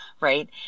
right